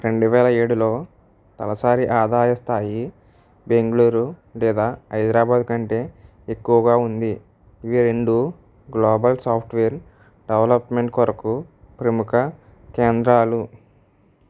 రెండువేల ఏడులో తలసరి ఆదాయ స్థాయి బెంగుళూరు లేదా హైదరాబాద్ కంటే ఎక్కువగా ఉంది ఇవి రెండూ గ్లోబల్ సాఫ్ట్వేర్ డెవలప్మెంట్ కొరకు ప్రముఖ కేంద్రాలు